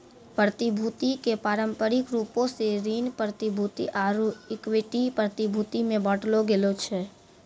प्रतिभूति के पारंपरिक रूपो से ऋण प्रतिभूति आरु इक्विटी प्रतिभूति मे बांटलो गेलो छै